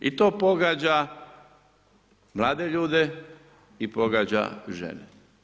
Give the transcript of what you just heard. I to pogađa mlade ljude i pogađa žene.